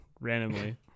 randomly